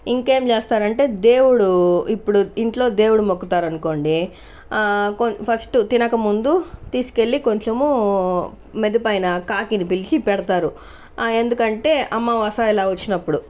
ఇంకేం చేస్తారంటే దేవుడు ఇప్పుడు ఇంట్లో దేవుడు మొక్కుతారనుకోండి కొ ఫస్ట్ తినకముందు తీసుకెళ్లి కొంచెము మిద్దెపైన కాకిని పిలిచి పెడతారు ఎందుకంటే అమావాస్య ఇలా వచ్చినప్పుడు